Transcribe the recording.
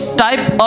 type